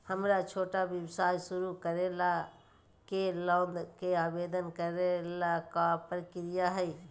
हमरा छोटा व्यवसाय शुरू करे ला के लोन के आवेदन करे ल का प्रक्रिया हई?